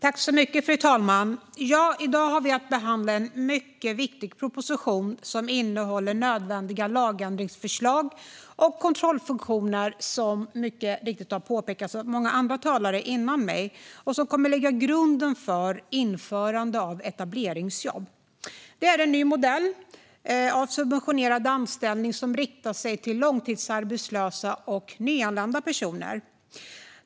Fru talman! I dag har vi att behandla en mycket viktig proposition som innehåller nödvändiga lagändringsförslag om kontrollfunktioner, vilket har påpekats av många andra talare före mig, och som kommer att lägga grunden för införande av etableringsjobb. Etableringsjobb är en ny modell av subventionerad anställning som riktar sig till långtidsarbetslösa och nyanlända personer.